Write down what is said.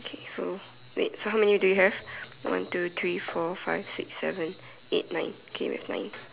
okay so wait so how many do we have one two three four five six seven eight nine okay we have nine